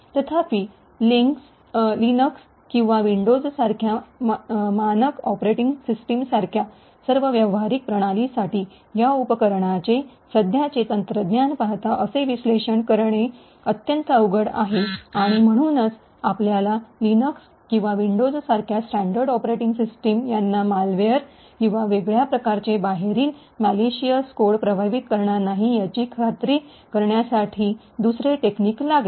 तथापि लिनक्स किंवा विंडोज सारख्या मानक ऑपरेटिंग सिस्टमसारख्या सर्व व्यावहारिक प्रणालींसाठी या उपकरणांचे सध्याचे तंत्रज्ञान पाहता असे विश्लेषण करणे अत्यंत अवघड आहे आणि म्हणूनच आपल्याला लिनक्स किवां विंडोज सारख्या स्टैन्डर्ड ऑपरैटिंग सिस्टम यांना मालवेअर किवां वेगळ्या प्रकारचे बाहेरील मलिशस कोड प्रभावित करणार नाही याची खात्री करण्यासाठी दुसरे टेक्नीक लागेल